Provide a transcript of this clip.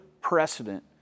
precedent